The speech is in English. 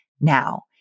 now